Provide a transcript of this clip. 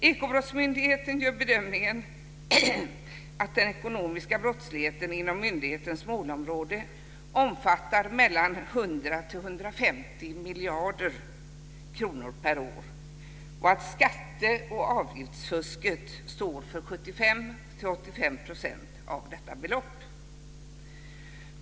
Ekobrottsmyndigheten gör bedömningen att den ekonomiska brottsligheten inom myndighetens målområde omfattar 100-150 miljarder kronor per år och att skatte och avgiftsfusket står för 75-85 % av detta belopp.